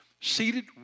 Seated